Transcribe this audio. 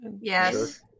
Yes